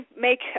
make